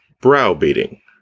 browbeating